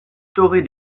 torret